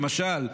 למשל,